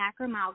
macromolecules